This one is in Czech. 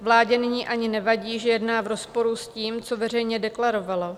Vládě nyní ani nevadí, že jedná v rozporu s tím, co veřejně deklarovala.